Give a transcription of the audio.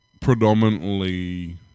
predominantly